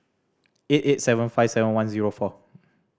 eight eight seven five seven one zero four